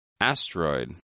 asteroid